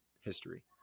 history